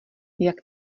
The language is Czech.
jak